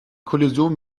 kollision